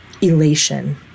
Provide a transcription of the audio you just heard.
elation